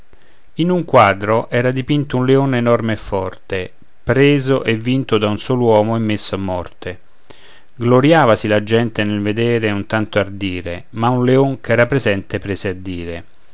in un quadro era dipinto un leon enorme e forte preso e vinto da un sol uomo e messo a morte glorïavasi la gente nel vedere un tanto ardire ma un leon ch'era presente prese a dire